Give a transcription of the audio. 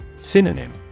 Synonym